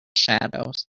shadows